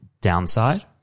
downside